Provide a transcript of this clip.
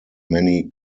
many